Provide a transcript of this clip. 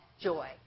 joy